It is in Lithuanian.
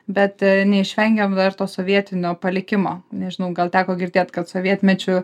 bet neišvengiam dar to sovietinio palikimo nežinau gal teko girdėt kad sovietmečiu